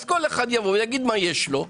אז כל אחד יגיד מה יש לו.